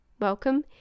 Welcome